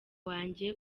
wanjye